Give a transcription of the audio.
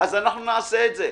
אז אנחנו נעשה את זה.